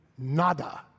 Nada